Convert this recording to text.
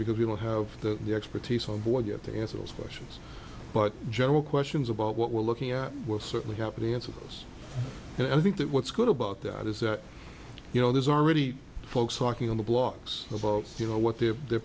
because we don't have the expertise on board yet to answer those questions but general questions about what we're looking at we'll certainly have answers and i think that what's good about that is that you know there's already folks talking on the blogs about you know what the